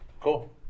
Cool